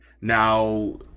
Now